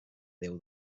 déu